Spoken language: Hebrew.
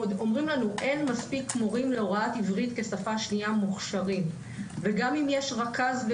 אומרים לנו שאין מספיק מורים המוכשרים להוראת עברית כשפה שנייה.